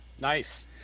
nice